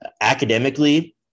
Academically